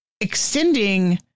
extending